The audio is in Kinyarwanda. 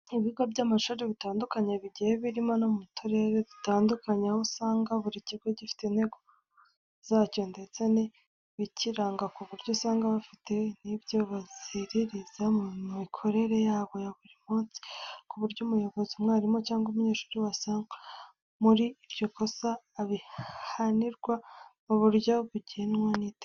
Ibigo by'amashuri bitandukanye bigiye biri no muturere dutandukanye, aho usanga buri kigo gifite intego zacyo ndetse n'ibikiranga ku buryo usanga bafite n'ibyo baziririza mu mikorere yabo ya buri munsi kuburyo umuyobozi, umwarimu cyangwa umunyeshuri wasangwa muri iryo kosa abihanirwa muburyo bugenwa n'itegeko.